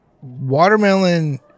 watermelon